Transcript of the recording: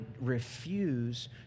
refuse